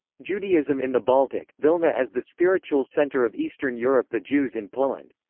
judaism in the baltic vilna as the spiritual center of eastern europe the jews in poland.